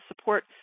support